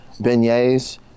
beignets